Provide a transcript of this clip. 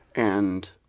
and